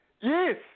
Yes